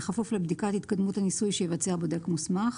בכפוף לבדיקת התקדמות הניסוי שיבצע בודק מוסמך.